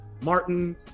Martin